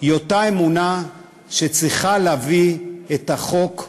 היא אותה אמונה שצריכה להביא את החוק,